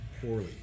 poorly